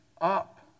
up